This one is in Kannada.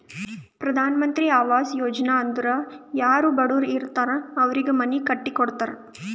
ಪ್ರಧಾನ್ ಮಂತ್ರಿ ಆವಾಸ್ ಯೋಜನಾ ಅಂದುರ್ ಯಾರೂ ಬಡುರ್ ಇರ್ತಾರ್ ಅವ್ರಿಗ ಮನಿ ಕಟ್ಟಿ ಕೊಡ್ತಾರ್